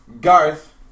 Garth